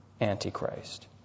Antichrist